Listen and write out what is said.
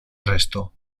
resto